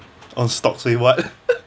on stocks say what